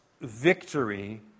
victory